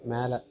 மேலே